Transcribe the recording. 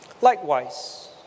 likewise